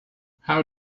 how